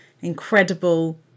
incredible